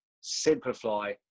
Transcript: simplify